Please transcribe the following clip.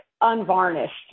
unvarnished